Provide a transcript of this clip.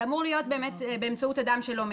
זה אמור להיות באמצעות אדם שלא מכיר.